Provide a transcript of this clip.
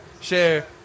share